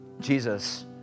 Jesus